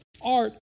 art